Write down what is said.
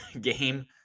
game